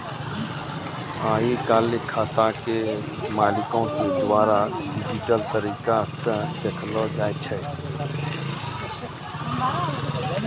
आइ काल्हि खाता के मालिको के द्वारा डिजिटल तरिका से देखलो जाय छै